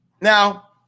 now